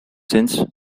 since